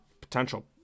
potential